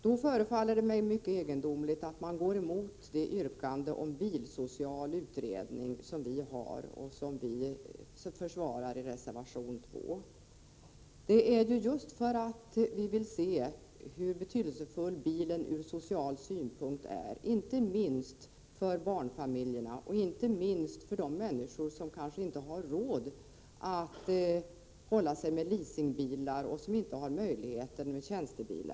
Då förefaller det mig mycket egendomligt att man går emot vårt yrkande om en bilsocial utredning i reservation 2. Vi vill se hur betydelsefull bilen är ur social synpunkt, inte minst för barnfamiljer och för människor som kanske inte har råd att hålla sig med leasingbil och som inte har möjlighet att få tjänstebil.